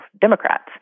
Democrats